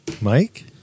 Mike